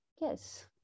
yes